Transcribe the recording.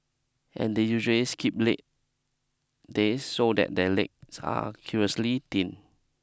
and they usually skip leg days so that their legs are curiously thin